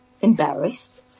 Embarrassed